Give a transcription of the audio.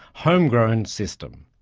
home-grown system?